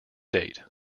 date